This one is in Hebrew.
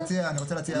אני רוצה להציע הצעה.